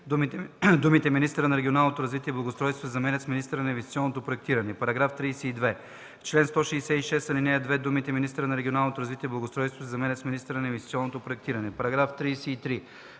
думите „министъра на регионалното развитие и благоустройството” се заменят с „министъра на инвестиционното проектиране”. § 32. В чл. 166, ал. 2 думите „министъра на регионалното развитие и благоустройството” се заменят с „министъра на инвестиционното проектиране”. § 33.